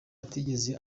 atigeze